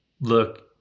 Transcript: look